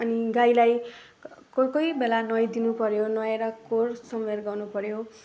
अनि गाईलाई कोही कोही बेला नुहाइदिनुपर्यो नुहाएर कोर समेर गर्नुपर्यो